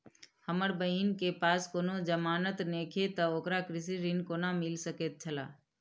हमर बहिन के पास कोनो जमानत नेखे ते ओकरा कृषि ऋण कोना मिल सकेत छला?